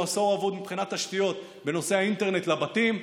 יש לנו עשור אבוד מבחינת תשתיות בנושא האינטרנט לבתים,